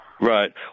Right